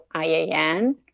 IAN